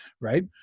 right